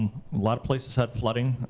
lot of places had flooding.